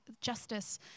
justice